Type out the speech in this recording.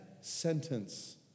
sentence